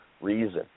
reason